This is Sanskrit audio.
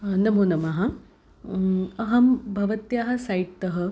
नमोनमः अहं भवत्याः सैट्तः